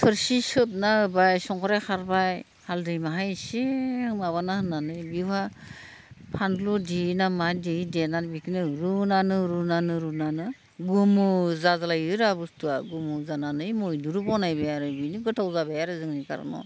थोरसि खोबना होबाय संख्रि खारबाय हालदै माहाय एसे माबाना होनानै बेवहाय फानलु देयो ना मा देयो देनानै रुनानै रुनानै गोमो जादलायोरा बुसथुआ गोमो जानानै मैद्रु बनायबाय आरो बेनो गोथाव जाबाय जोंनि थाखाय